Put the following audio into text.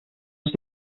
les